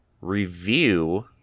review